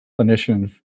clinician